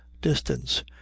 distance